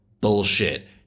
bullshit